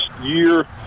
year